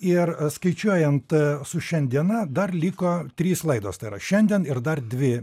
ir skaičiuojant su šiandiena dar liko trys laidos tai yra šiandien ir dar dvi